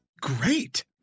great